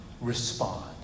respond